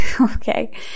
okay